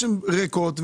דירות ריקות,